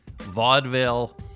vaudeville